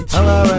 Hello